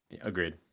agreed